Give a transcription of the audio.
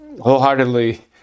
wholeheartedly